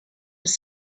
was